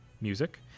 Music